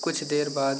कुछ देर बाद